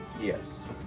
Yes